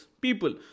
People